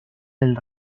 del